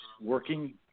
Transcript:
working